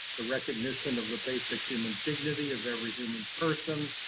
the recognition of the basic human dignity of every human person.